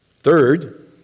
Third